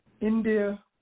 India